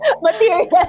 Material